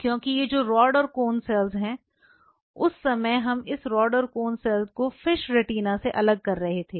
क्योंकि ये जो रॉड और कोन सेल हैं उस समय हम इस रॉड और कोन सेल को फिश रेटिना से अलग कर रहे थे